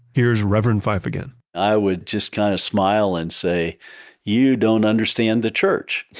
here's reverend fife again i would just kind of smile and say you don't understand the church.